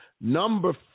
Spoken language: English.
Number